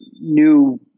new